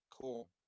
Cool